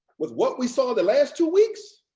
with what we saw the last two weeks,